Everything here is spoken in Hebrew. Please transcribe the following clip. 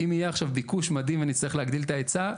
אם יהיה עכשיו ביקוש מדהים אני אצטרך להגדיל את ההיצע,